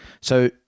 So-